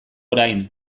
orain